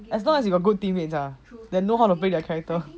as long as you got good teammates ah that know how to play their character